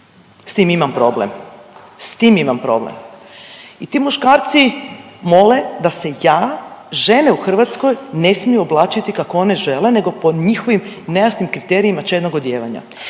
S tim imam problem, s tim imam problem. I ti muškarci mole da se ja, žene u Hrvatskoj ne smiju oblačiti kako one žele nego po njihovim nejasnim kriterijima čednog odijevanja.